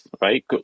right